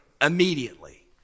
immediately